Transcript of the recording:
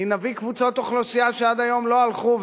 אם נביא קבוצות אוכלוסייה שעד היום לא הלכו,